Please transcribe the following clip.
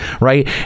Right